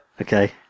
Okay